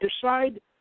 decide